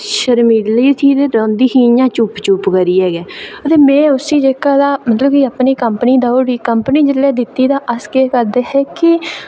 शर्मीली ही ते रौहंदी इंया चुप्प चुप्प करियै गै ते में उसी जेह्का तां अपनी कंपनी दा कंपनी जेल्लै दित्ती ते अस केह् करदे हे कि